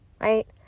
Right